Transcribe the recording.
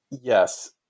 Yes